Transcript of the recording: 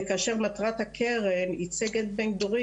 וכאשר מטרת הקרן היא --- בין דורי